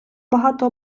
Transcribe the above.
багато